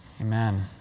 Amen